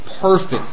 perfect